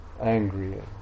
Angrier